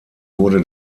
wurde